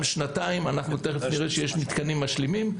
שנתיים ותכף נראה שיש מתקנים משלימים.